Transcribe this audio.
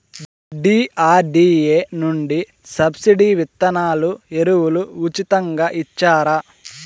DRDA నుండి subsidy విత్తనాలు ఎరువులు ఉచితంగా ఇచ్చారా?